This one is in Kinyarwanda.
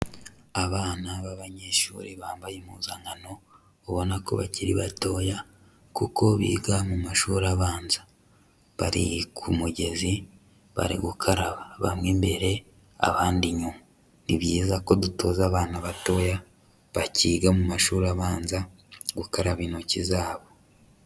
Abana b'abanyeshuri bambaye impuzankano, ubona ko bakiri batoya kuko biga mu mashuri abanza. Bari ku mugezi bari gukaraba, bamwe imbere, abandi inyuma. Ni byiza ko dutoza abana batoya bakiga mu mashuri abanza gukaraba intoki zabo.